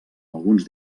alguns